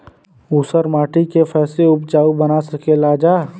ऊसर माटी के फैसे उपजाऊ बना सकेला जा?